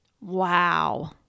Wow